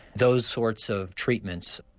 those sorts of treatments.